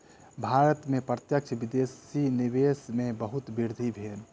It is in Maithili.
भारत में प्रत्यक्ष विदेशी निवेश में बहुत वृद्धि भेल